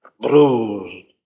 bruised